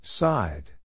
Side